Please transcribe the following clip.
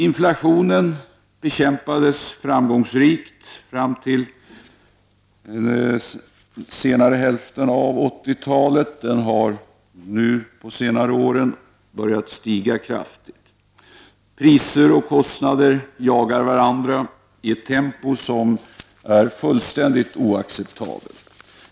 Inflationen bekämpades framgångsrikt fram till senare hälften av 1980-talet. Den har på senare år börjat stiga kraftigt. Priser och kostnader jagar varandra i ett tempo som är fullständigt oacceptabelt.